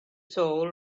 soul